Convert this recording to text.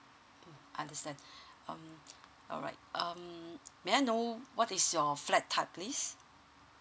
mm understand um alright um may I know what is your flat type please